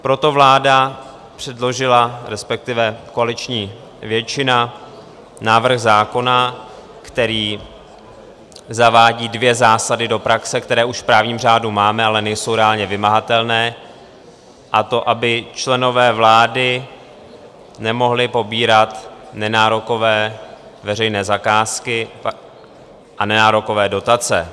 Proto vláda předložila, respektive koaliční většina, návrh zákona, který zavádí dvě zásady do praxe, které už v právním řádu máme, ale nejsou reálně vymahatelné, a to aby členové vlády nemohli pobírat nenárokové veřejné zakázky a nenárokové dotace.